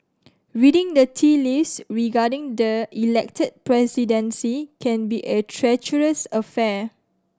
reading the tea leaves regarding the Elected Presidency can be a treacherous affair